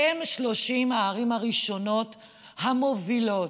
הן 30 הערים הראשונות המובילות.